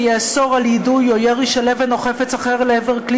שיאסור יידוי או ירי של אבן או חפץ אחר לעבר כלי